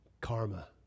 Karma